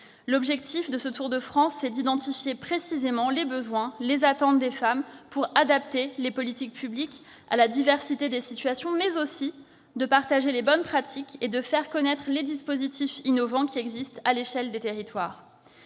L'objectif de ce Tour de France est d'identifier précisément les besoins, les attentes des femmes, pour adapter les politiques publiques à la diversité des situations, mais aussi pour partager les bonnes pratiques et faire connaître les dispositifs innovants qui existent à l'échelle des territoires.